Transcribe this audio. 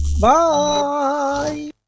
Bye